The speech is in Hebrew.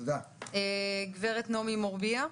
גב' נעמי מורביה.